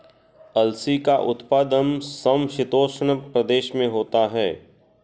अलसी का उत्पादन समशीतोष्ण प्रदेश में होता है